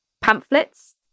pamphlets